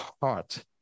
heart